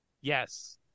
Yes